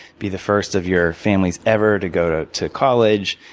be the first of your families ever to go to to college,